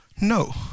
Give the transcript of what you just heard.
No